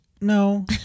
No